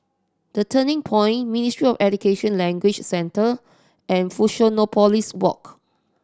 The Turning Point Ministry of Education Language Centre and Fusionopolis Walk